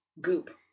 goop